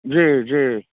जी जी